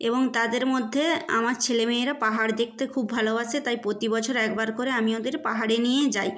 এবং তাদের মধ্যে আমার ছেলে মেয়েরা পাহাড় দেখতে খুব ভালোবাসে তাই প্রতি বছর একবার করে আমি ওদের পাহাড়ে নিয়ে যাই